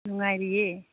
ꯅꯨꯡꯉꯥꯏꯔꯤꯌꯦ